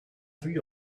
three